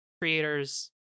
creators